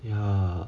ya